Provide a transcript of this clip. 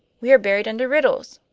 we are buried under riddles.